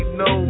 no